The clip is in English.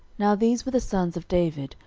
now these were the sons of david,